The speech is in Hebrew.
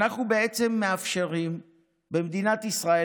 אנחנו בעצם מאפשרים במדינת ישראל,